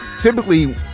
typically